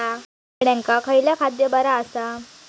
माझ्या कोंबड्यांका खयला खाद्य बरा आसा?